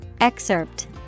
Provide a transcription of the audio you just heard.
Excerpt